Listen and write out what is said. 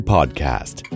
Podcast